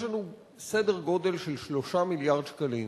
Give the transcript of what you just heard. יש לנו סדר-גודל של 3 מיליארד שקלים